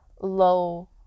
low